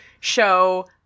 Show